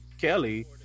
Kelly